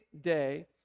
day